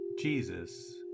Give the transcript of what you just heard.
Jesus